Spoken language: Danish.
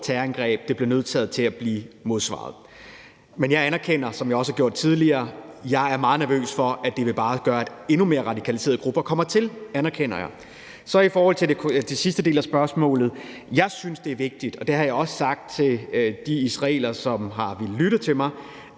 det bliver nødt til at blive mødt af et modsvar. Men jeg anerkender også, som jeg også har sagt tidligere, at jeg er meget nervøs for, at det bare vil gøre, at endnu mere radikaliserede grupper kommer til. Så vil jeg i forhold til den sidste del af spørgsmålet sige, og det har jeg også sagt til de israelere, som har villet lyttet til mig,